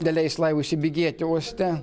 neleis laivui įsibėgėti uoste